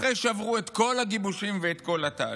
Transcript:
אחרי שעברו את כל הגיבושים ואת כל התהליך.